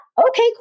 Okay